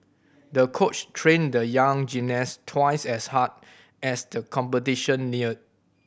the coach trained the young gymnast twice as hard as the competition neared